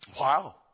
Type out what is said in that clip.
Wow